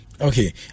Okay